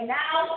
now